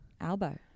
albo